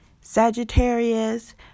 Sagittarius